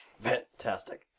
Fantastic